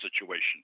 situation